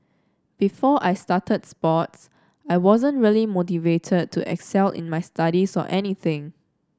before I started sports I wasn't really motivated to excel in my studies or anything